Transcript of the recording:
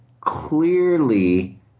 clearly